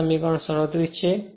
આ સમીકરણ 37 છે